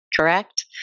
correct